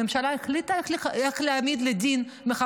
הממשלה החליטה איך להעמיד לדין את